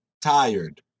tired